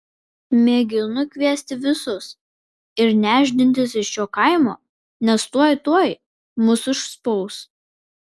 mėginu kviesti visus ir nešdintis iš šio kaimo nes tuoj tuoj mus užspaus